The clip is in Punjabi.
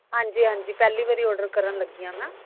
ਹਾਂਜੀ ਹਾਂਜੀ ਪਹਿਲੀ ਵਾਰੀ ਓਡਰ ਕਰਨ ਲੱਗੀ ਹਾਂ ਨਾ